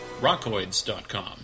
rockoids.com